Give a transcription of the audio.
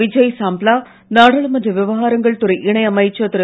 விஜய் சாம்ப்ளா நாடாளுமன்ற விவகாரங்கள் துறை இணை அமைச்சர் திரு